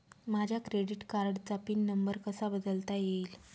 माझ्या क्रेडिट कार्डचा pin number कसा बदलता येईल?